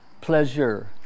pleasure